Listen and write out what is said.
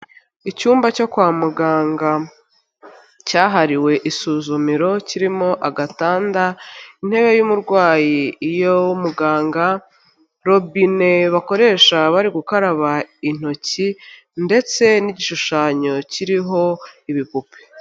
Icyumba cyo kwa muganga cyahariwe isuzumiro, kirimo agatanda, intebe y'umurwayi, iyo muganga, robine bakoresha bari gukaraba intoki ndetse n'igishushanyo kiriho ibipupe.